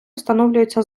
встановлюється